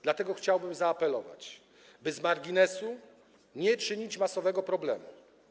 Dlatego chciałbym zaapelować, by z marginesu nie czynić masowego problemu.